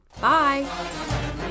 Bye